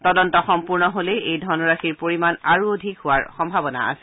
তদন্ত সম্পূৰ্ণ হলে এই ধনৰাশিৰ পৰিমাণ আৰু অধিক হোৱাৰ সম্ভাৱনা আছে